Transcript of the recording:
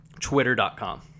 Twitter.com